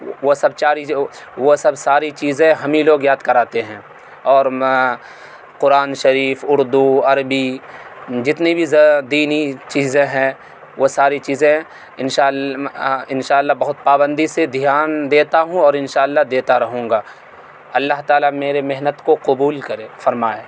وہ سب چاری وہ سب ساری چیزیں ہم ہی لوگ یاد کراتے ہیں اور قرآن شریف اردو عربی جتنی بھی دینی چیزیں ہیں وہ ساری چیزیں انشال انشاء اللہ بہت پابندی سے دھیان دیتا ہوں اور انشاء اللہ دیتا رہوں گا اللہ تعالیٰ میرے محنت کو قبول کرے فرمائے